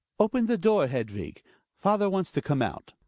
open the door, hedvig father wants to come out.